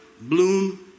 bloom